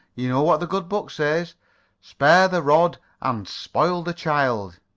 you know what the good book says spare the rod and spoil the child